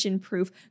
proof